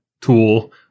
tool